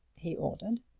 he ordered.